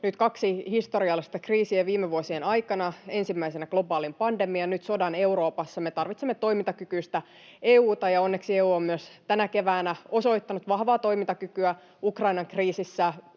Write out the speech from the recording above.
nyt kaksi historiallista kriisiä viime vuosien aikana: ensimmäisenä globaalin pandemian, nyt sodan Euroopassa. Me tarvitsemme toimintakykyistä EU:ta, ja onneksi EU on myös tänä keväänä osoittanut vahvaa toimintakykyä Ukrainan kriisissä